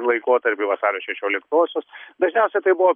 laikotarpiu vasario šešioliktosios dažniausia tai buvo